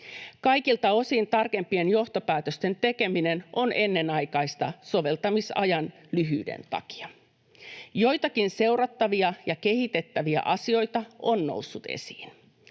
Kaikilta osin tarkempien johtopäätösten tekeminen on ennenaikaista soveltamisajan lyhyyden takia. Joitakin seurattavia ja kehitettäviä asioita on noussut esiin.